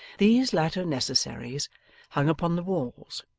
these latter necessaries hung upon the walls,